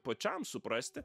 pačiam suprasti